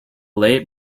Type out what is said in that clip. late